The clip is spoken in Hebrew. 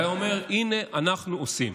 הוא היה אומר: הינה, אנחנו עושים.